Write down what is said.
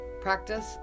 practice